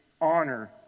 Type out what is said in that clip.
honor